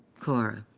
korra,